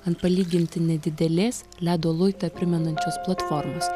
ant palyginti nedidelės ledo luitą primenančios platformos